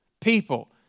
people